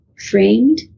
framed